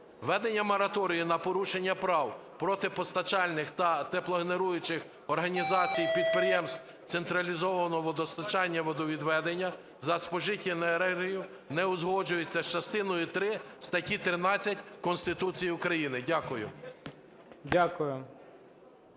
Введення мораторію на порушення прав проти постачальних та теплогенеруючих організацій, підприємств централізованого водопостачання, водовідведення за спожиту енергію не узгоджується з частиною три статті 13 Конституції України. Дякую.